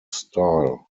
style